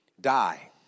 die